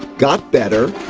got better,